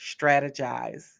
strategize